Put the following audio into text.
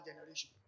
generation